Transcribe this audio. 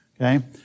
Okay